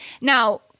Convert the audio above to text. now